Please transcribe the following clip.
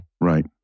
Right